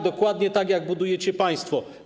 Dokładnie tak, jak budujecie państwo.